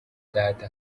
data